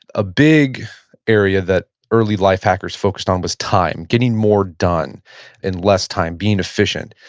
a big area that early life hackers focused on was time, getting more done in less time, being efficient.